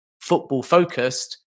football-focused